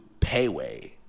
Payway